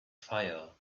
fire